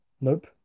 Nope